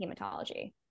hematology